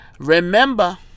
Remember